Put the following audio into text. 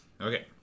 Okay